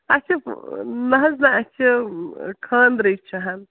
اَسہِ چھِ نہ حظ نہ اَسہِ چھِ خانٛدرٕک چھِ حظ